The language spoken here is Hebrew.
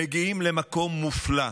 הם מגיעים למקום מופלא,